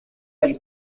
del